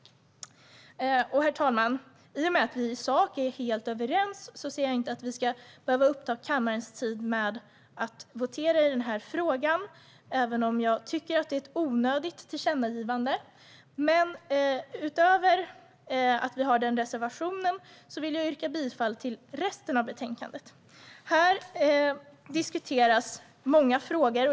Herr talman! I och med att vi i sak är helt överens ser jag inte att vi ska behöva uppta kammarens tid med att votera i denna fråga - även om jag tycker att det är ett onödigt tillkännagivande. Utöver att vi har den reservationen yrkar jag bifall till resten av utskottets förslag. I betänkandet diskuteras många frågor.